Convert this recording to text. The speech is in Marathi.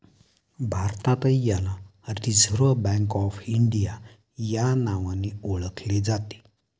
भारतातही याला रिझर्व्ह बँक ऑफ इंडिया या नावाने ओळखले जाते